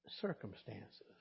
circumstances